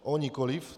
Ó nikoliv.